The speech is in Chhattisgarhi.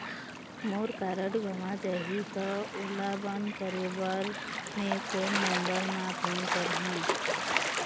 मोर कारड गंवा जाही त ओला बंद करें बर मैं कोन नंबर म फोन करिह?